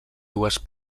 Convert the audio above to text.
dues